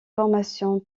formation